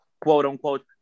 quote-unquote